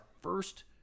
first